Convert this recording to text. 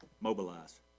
mobilize